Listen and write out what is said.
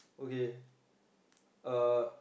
okay uh